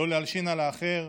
לא להלשין על האחר,